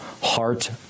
Heart